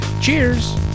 Cheers